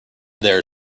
there